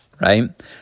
right